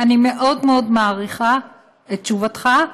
אני מאוד מאוד מעריכה את תשובתך,